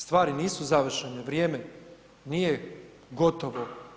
Stvari nisu završene, vrijeme nije gotovo.